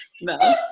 No